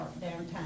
downtown